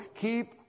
Keep